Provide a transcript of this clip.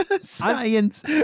Science